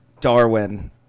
Darwin